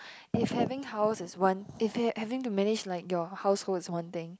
if having house is one if ha~ having to manage your household is one thing